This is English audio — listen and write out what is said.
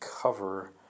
cover